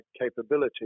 capability